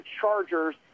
Chargers